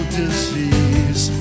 disease